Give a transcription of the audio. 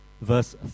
verse